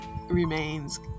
remains